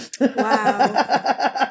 Wow